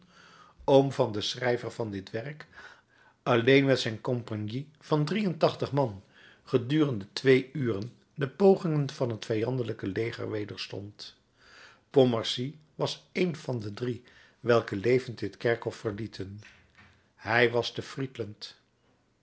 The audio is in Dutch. oom van den schrijver van dit werk alleen met zijn compagnie van drie en tachtig man gedurende twee uren de pogingen van het vijandelijke leger wederstond pontmercy was een van de drie welke levend dit kerkhof verlieten hij was te friedland